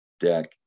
Deck